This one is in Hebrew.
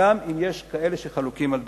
גם אם יש כאלה שחלוקים על דעותינו.